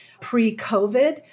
pre-COVID